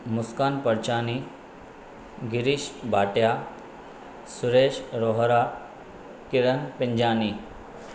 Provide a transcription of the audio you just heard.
Muskan Parchani Girish Bhatia Suresh Rohra Kiran Panjani